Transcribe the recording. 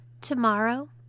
tomorrow